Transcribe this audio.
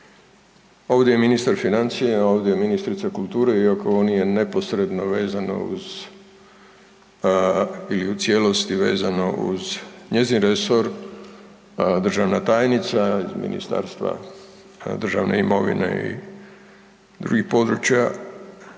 Ovdje je ministar financija, ovdje je ministrica kulture iako nije neposredno vezano uz i u cijelosti vezano uz njezin resor, državna tajnica iz Ministarstva državne imovine i drugih područja,